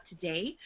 today